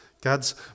God's